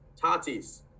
Tatis